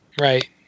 Right